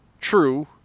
true